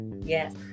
Yes